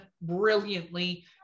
brilliantly